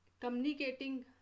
communicating